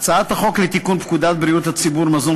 הצעת החוק לתיקון פקודת בריאות הציבור (מזון)